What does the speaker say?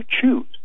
choose